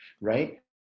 right